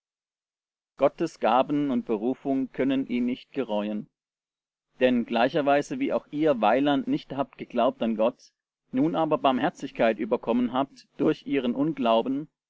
gottes gaben und berufung können ihn nicht gereuen denn gleicherweise wie auch ihr weiland nicht habt geglaubt an gott nun aber barmherzigkeit überkommen habt durch ihren unglauben